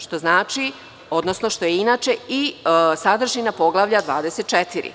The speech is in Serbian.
Što znači, odnosno što je inače i sadržina Poglavlja XIV.